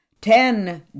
Ten